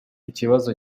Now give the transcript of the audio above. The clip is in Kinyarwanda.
ikibazo